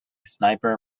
sniper